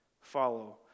Follow